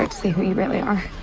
like see who you really are.